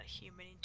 human